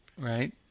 Right